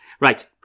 Right